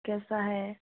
कैसा है